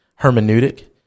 hermeneutic